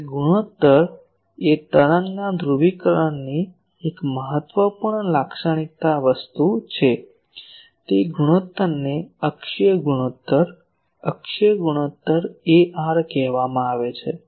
તે ગુણોત્તર એ તરંગના ધ્રુવીકરણની એક મહત્વપૂર્ણ લાક્ષણિકતા વસ્તુ છે તે ગુણોત્તરને અક્ષીય ગુણોત્તર અક્ષીય ગુણોત્તર AR કહેવામાં આવે છે